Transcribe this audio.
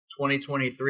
2023